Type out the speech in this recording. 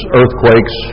earthquakes